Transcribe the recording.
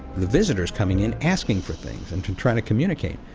the visitors coming in, asking for things and to try to communicate.